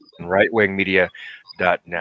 rightwingmedia.net